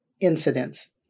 incidents